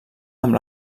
amb